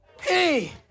hey